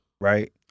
right